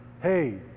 hey